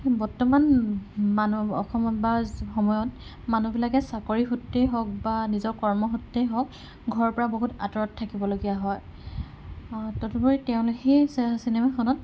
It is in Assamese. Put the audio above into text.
বৰ্তমান অসমত বা সময়ত মানুহবিলাকে চাকৰি সূত্ৰেই হওক বা নিজৰ কৰ্ম সূত্ৰেই হওক ঘৰৰ পৰা বহুত আঁতৰত থাকিবলগীয়া হয় তদুপৰি তেওঁলো সেই চিনেমাখনত